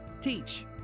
Teach